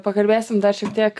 pakalbėsim dar šiek tiek